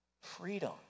freedom